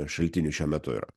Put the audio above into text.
šaltinių šiuo metu yra